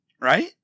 Right